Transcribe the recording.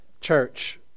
church